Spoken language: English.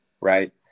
right